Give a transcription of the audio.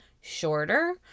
shorter